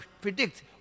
predict